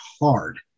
hard